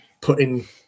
putting